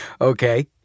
okay